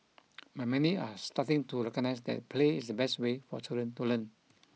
but many are starting to recognise that play is the best way for children to learn